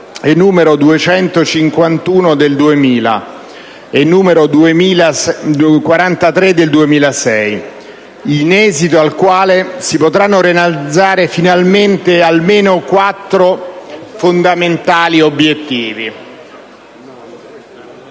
n. 251 del 2000 e n. 43 del 2006, in esito al quale si potranno realizzare, finalmente, almeno quattro fondamentali obiettivi.